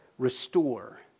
Restore